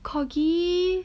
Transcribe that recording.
corgi